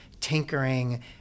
tinkering